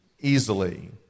easily